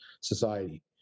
society